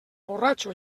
borratxo